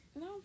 no